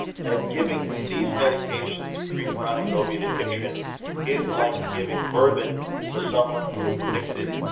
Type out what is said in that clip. that giving these medications to treat chronic opiate addiction is like giving bourbon to someone who is addicted,